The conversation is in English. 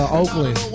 Oakland